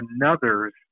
another's